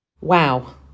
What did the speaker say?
wow